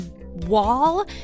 wall